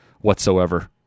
whatsoever